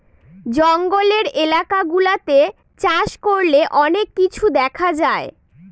জঙ্গলের এলাকা গুলাতে চাষ করলে অনেক কিছু দেখা যায়